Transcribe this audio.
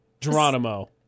Geronimo